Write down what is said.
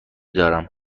دارم